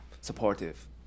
supportive